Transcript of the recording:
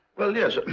well, yes.